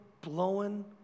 blowing